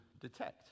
detect